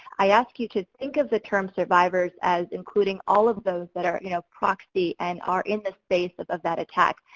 i ask you to think of the term survivors, as including all of those, that are you know proxy and are in the space of of that attack,